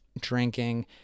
drinking